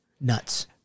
Nuts